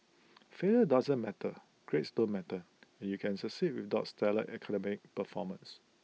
failure doesn't matter grades don't matter and you can succeed without stellar academic performance